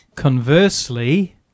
conversely